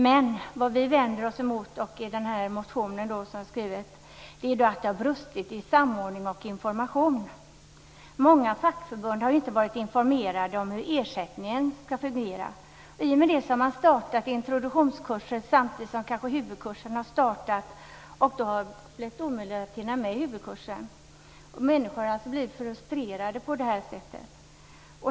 Men vad vi vänder oss emot i den motion vi har väckt är att det har brustit i samordning och information. Många fackförbund har inte varit informerade om hur ersättningen har fungerat. I och med det har man startat introduktionskurser samtidigt med att huvudkursen har startat, och då har det blivit omöjligt att hinna med huvudkursen. På det sättet har människor blivit frustrerade.